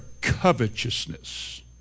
covetousness